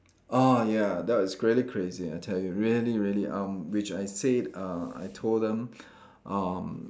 ah ya that was really crazy I tell you really really um which I said uh I told them um